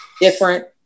different